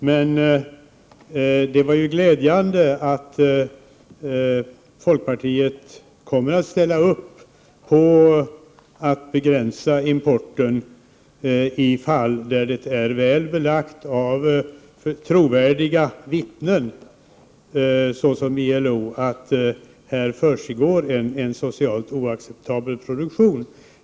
Men det är glädjande att höra att folkpartiet kommer att ställa upp på en begränsning av importen i fall där det är väl belagt av trovärdiga vittnen, såsom ILO, att här försiggår en socialt oacceptabel produktion.